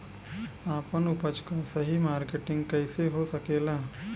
आपन उपज क सही मार्केटिंग कइसे हो सकेला?